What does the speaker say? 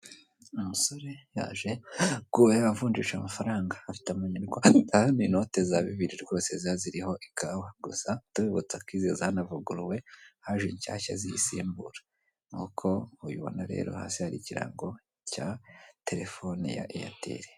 Umusore yaje kuba yavunjisha amafaranga afite amanyarwanda, inote za bibiri rwose ziba ziriho ikawa gusa tubibutsa ko izi zanavuguruwe haje inshyashya ziyisimbura. Nk'uko ubibona rero hasi hari ikirango cya eyateli.